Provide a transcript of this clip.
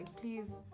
please